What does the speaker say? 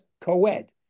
co-ed